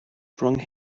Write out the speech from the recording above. rhwng